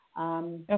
Okay